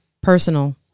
personal